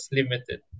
limited